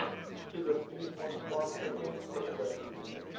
he's this he's one smart cookie he's a very smug cookie